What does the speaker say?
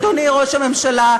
אדוני ראש הממשלה,